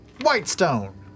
Whitestone